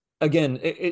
Again